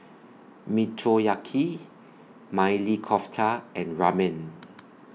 Motoyaki Maili Kofta and Ramen